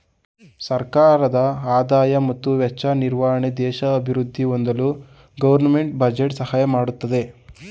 ಸರ್ಕಾರದ ಆದಾಯ ಮತ್ತು ವೆಚ್ಚ ನಿರ್ವಹಣೆ ದೇಶ ಅಭಿವೃದ್ಧಿ ಹೊಂದಲು ಗೌರ್ನಮೆಂಟ್ ಬಜೆಟ್ ಸಹಾಯ ಮಾಡುತ್ತೆ